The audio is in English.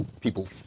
people